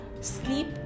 sleep